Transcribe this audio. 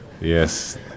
Yes